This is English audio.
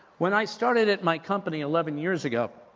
when i started at my company, eleven years ago,